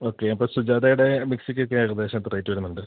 okay അപ്പോള് സുജാതയുടെ മിക്സിക്കൊക്കെ ഏകദേശമെത്ര റേറ്റ് വരുന്നുണ്ട്